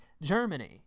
Germany